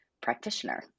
practitioner